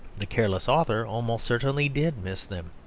the careless author almost certainly did miss them.